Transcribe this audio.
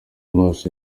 amaso